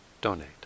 donate